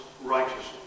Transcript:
righteousness